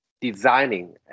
designing